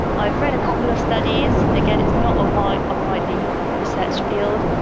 i've read a couple of studies. again, it's not a while, a widely researched field,